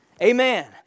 Amen